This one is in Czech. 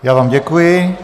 Já vám děkuji.